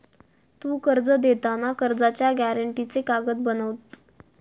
तु कर्ज देताना कर्जाच्या गॅरेंटीचे कागद बनवत?